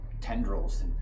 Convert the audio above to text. tendrils